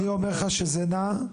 אני אומר לך שזה נע,